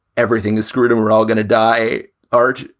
everything is screwed and we're all gonna die hard,